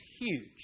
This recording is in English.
huge